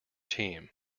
team